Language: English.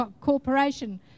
corporation